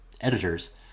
editors